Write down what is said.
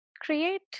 create